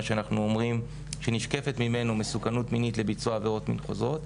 שאנחנו אומרים שנשקפת ממנו מסוכנות מינית לביצוע עברות מין חוזרות,